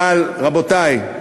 אבל, רבותי,